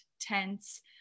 tense